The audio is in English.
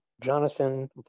Jonathan